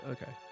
Okay